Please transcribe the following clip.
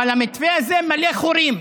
אבל המתווה הזה מלא חורים,